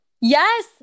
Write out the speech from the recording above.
Yes